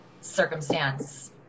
circumstance